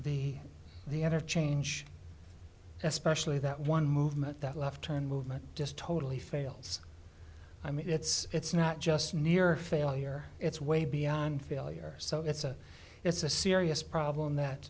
the the entertain church especially that one movement that left turn movement just totally fails i mean it's not just near failure it's way beyond failure so it's a it's a serious problem that